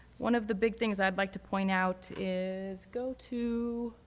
one of the big things i would like to point out is go to